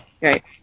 Right